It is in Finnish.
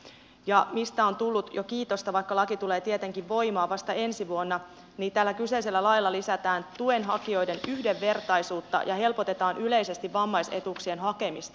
ja se mistä on tullut jo kiitosta vaikka laki tulee tietenkin voimaan vasta ensi vuonna on se että tällä kyseisellä lailla lisätään tuen hakijoiden yhdenvertaisuutta ja helpotetaan yleisesti vammaisetuuksien hakemista